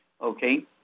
okay